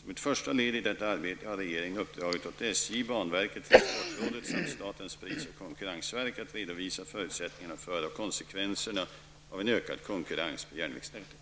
Som ett första led i detta arbete har regeringen uppdragit åt SJ, banverket, transportrådet samt statens pris och konkurrensverk att redovisa förutsättningar för och konsekvenser av en ökad konkurrens på järnvägsnätet.